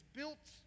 built